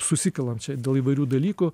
susikalam čia dėl įvairių dalykų